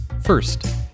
First